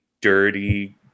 dirty